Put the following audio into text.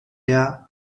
her